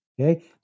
okay